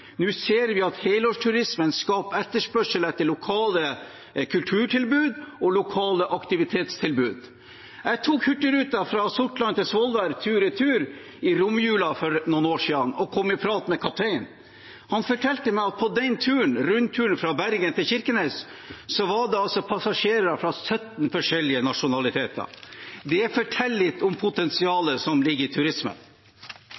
Nå ser vi at helårsturismen skaper etterspørsel etter lokale kulturtilbud og lokale aktivitetstilbud. Jeg tok hurtigruta fra Sortland til Svolvær tur-retur i romjula for noen år siden og kom i prat med kapteinen. Han fortalte meg at på den turen, rundturen fra Bergen til Kirkenes, var det passasjerer av 17 forskjellige nasjonaliteter. Det forteller litt om